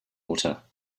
water